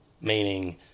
meaning